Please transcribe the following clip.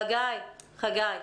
חגי,